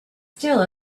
still